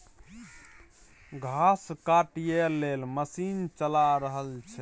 घास काटय लेल मशीन चला रहल छै